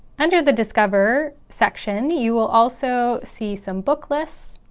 under the discover section you will also see some book lists